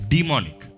Demonic